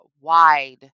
wide